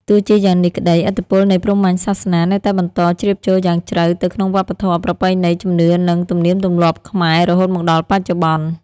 ទោះជាយ៉ាងនេះក្ដី ឥទ្ធិពលនៃព្រហ្មញ្ញសាសនានៅតែបន្តជ្រាបចូលយ៉ាងជ្រៅទៅក្នុង វប្បធម៌ ប្រពៃណី ជំនឿ និងទំនៀមទម្លាប់ខ្មែរ រហូតមកដល់បច្ចុប្បន្ន។